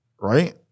right